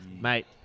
mate